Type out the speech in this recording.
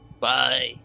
Bye